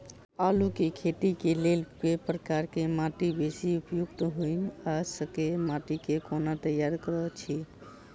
आलु केँ खेती केँ लेल केँ प्रकार केँ माटि बेसी उपयुक्त होइत आ संगे माटि केँ कोना तैयार करऽ छी?